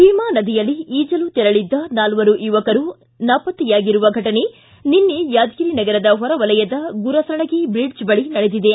ಭೀಮಾ ನದಿಯಲ್ಲಿ ಈಜಲು ತೆರಳದ್ದ ನಾಲ್ವರು ಯುವಕರು ನಾಪತ್ತೆಯಾಗಿರುವ ಘಟನೆ ನಿನ್ನೆ ಯಾದಗಿರಿ ನಗರದ ಹೊರವಲಯದ ಗುರುಸಣಗಿ ಬ್ರಿಡ್ಜ್ ಬಳಿ ನಡೆದಿದೆ